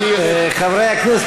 חברי הכנסת,